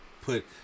put